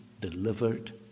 delivered